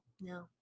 no